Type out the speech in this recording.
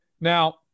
Now